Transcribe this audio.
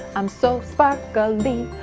i'm so sparkly,